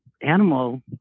animal